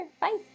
Bye